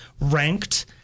ranked